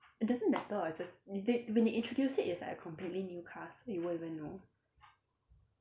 it doesn't matter [what] it's a they when they introduce it it's like a completely new class so you won't even know